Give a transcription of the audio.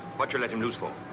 but you let him loose for?